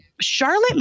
Charlotte